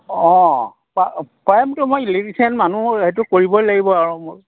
অঁ পা পাৰিমতো মই ইলেক্ট্ৰিচিয়ান মানুহ সেইটো কৰিবই লাগিব আৰু মোৰ